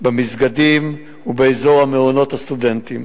במסגדים ובאזור מעונות הסטודנטים.